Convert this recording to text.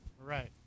Right